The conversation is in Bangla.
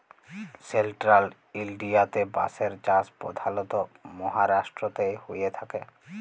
সেলট্রাল ইলডিয়াতে বাঁশের চাষ পধালত মাহারাষ্ট্রতেই হঁয়ে থ্যাকে